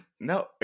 No